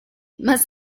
más